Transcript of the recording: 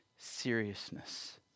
seriousness